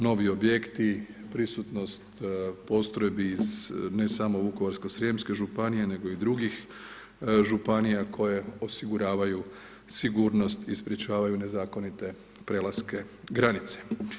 Novi objekti, prisutnost postrojbi iz ne samo Vukovarsko-srijemske županije nego i drugih županija koje osiguravaju sigurnost i sprječavaju nezakonite prelaske granice.